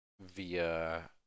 via